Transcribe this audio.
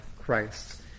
Christ